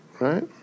Right